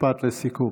משפט לסיכום.